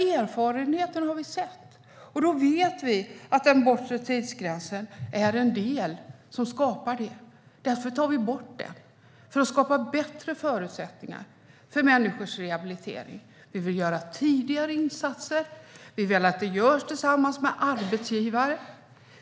Erfarenheten visar att den bortre tidsgränsen bidrar till denna oro, så vi tar bort den för att skapa bättre förutsättningar för människors rehabilitering. Vi vill att det görs tidigare insatser tillsammans med arbetsgivarna.